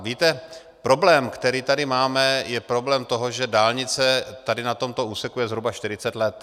Víte, problém, který tady máme, je problém toho, že dálnice na tomto úseku je zhruba 40 let.